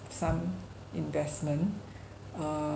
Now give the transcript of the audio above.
some investment uh